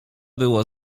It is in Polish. było